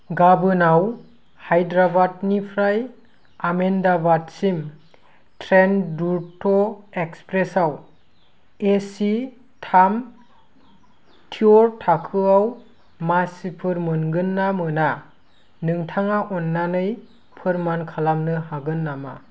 गाबोनाव हायद्राबादनिफ्राय आहमेदाबाद ट्रेन दुरन्तो एक्सप्रेसआव एसि थाम थियरथाखोआव मासिफोर मोनगोन ना मोना नोंथाङा अननानै फोरमान खालामनो हागोन नामा